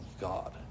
God